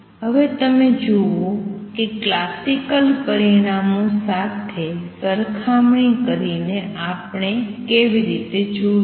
હવે તમે જુઓ કે ક્લાસિકલ પરિણામો સાથે સરખામણી કરીને આપણે કેવી રીતે જોશું